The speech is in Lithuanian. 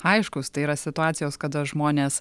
aiškūs tai yra situacijos kada žmonės